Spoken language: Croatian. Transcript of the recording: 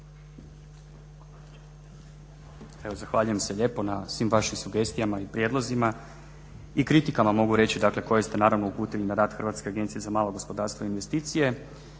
Zahvaljujem se lijepo na svim vašim sugestijama i prijedlozima i kritikama mogu reći koje ste naravno uputili na rad HAMAG-a. Mislim da nije